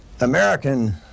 American